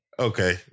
Okay